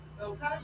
Okay